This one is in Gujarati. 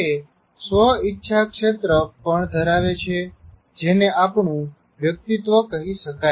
તે સ્વ ઈચ્છા ક્ષેત્ર પણ ધરાવે છે જેને આપણું વ્યક્તિતવ કહી શકાય